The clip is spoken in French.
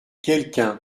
quelqu’un